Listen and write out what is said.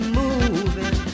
moving